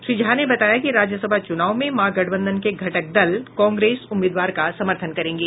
श्री झा ने बताया कि राज्यसभा चूनाव में महागठबंधन के घटक दल कांग्रेस उम्मीदवार का समर्थन करेंगे